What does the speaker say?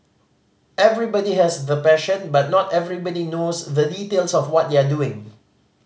everybody has the passion but not everybody knows the details of what they are doing